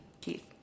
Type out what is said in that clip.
Keith